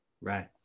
Right